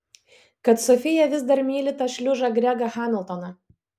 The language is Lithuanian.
kad sofija vis dar myli tą šliužą gregą hamiltoną